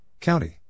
County